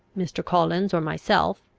mr. collins or myself,